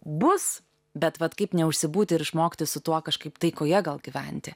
bus bet vat kaip neužsibūti ir išmokti su tuo kažkaip taikoje gal gyventi